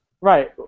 Right